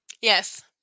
Yes